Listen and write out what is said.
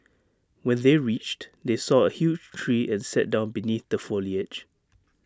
when they reached they saw A huge tree and sat down beneath the foliage